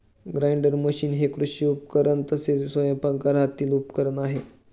grinder machine हे कृषी उपकरण तसेच स्वयंपाकघरातील उपकरण आहे